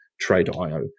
Trade.io